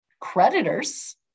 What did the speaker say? creditors